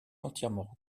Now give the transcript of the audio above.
entièrement